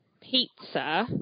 pizza